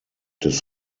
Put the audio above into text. des